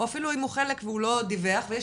או אפילו אם הוא חלק והוא לא דיווח ויש